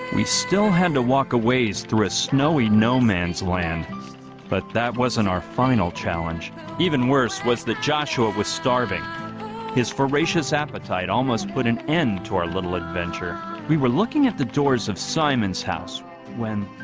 we still had to walk aways through a snowy no-man's land but that wasn't our final challenge even worse was that joshua was starving his ferocious appetite almost put an end to our little adventure. we were looking at the doors of simon's house when